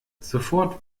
sofort